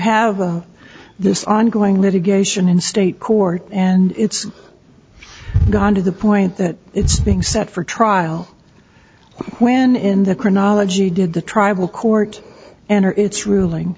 have this ongoing litigation in state court and it's gone to the point that it's being set for trial when in the chronology did the tribal court enter its ruling